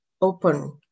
open